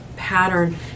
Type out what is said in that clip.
pattern